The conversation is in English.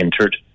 entered